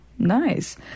Nice